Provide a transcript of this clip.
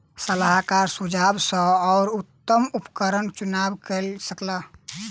सलाहकारक सुझाव सॅ ओ उत्तम उपकरणक चुनाव कय सकला